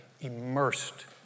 Immersed